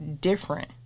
different